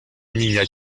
niña